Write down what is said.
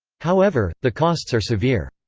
however, the costs are severe.